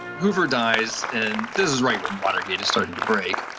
hoover dies, and this is right when watergate is starting to break,